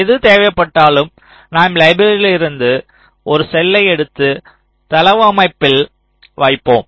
எது தேவைப்பட்டாலும் நாம் லைப்ரரியிலிருந்து ஒரு செல்லை எடுத்து தளவமைப்பில் வைப்போம்